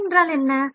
உறை என்றால் என்ன